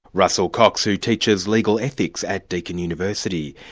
russell cocks, who teaches legal ethics at deakin university.